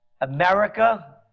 America